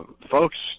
folks